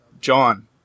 John